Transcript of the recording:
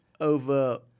over